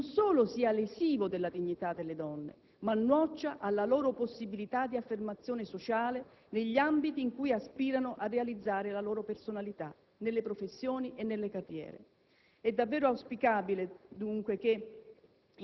non solo sia lesivo della dignità delle donne, ma nuoccia alla loro possibilità di affermazione sociale negli ambiti in cui aspirano a realizzare la loro personalità, nelle professioni e nelle carriere. È davvero auspicabile, dunque, che